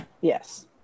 Yes